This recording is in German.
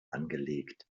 angelegt